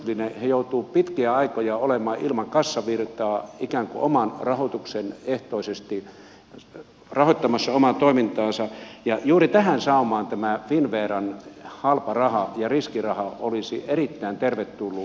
ne joutuvat pitkiä aikoja olemaan ilman kassavirtaa ikään kuin oman rahoituksen ehtoisesti rahoittamassa omaa toimintaansa ja juuri tähän saumaan tämä finnveran halpa raha ja riskiraha olisi erittäin tervetullut